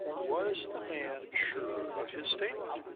was the man sure of his statement?